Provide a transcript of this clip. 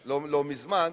לא מזמן,